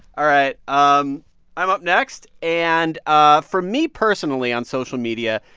all right. um i'm up next. and ah for me personally on social media,